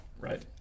Right